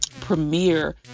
premiere